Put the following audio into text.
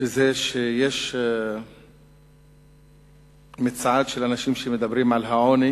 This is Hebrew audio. בזה שיש מצעד של אנשים שמדברים על העוני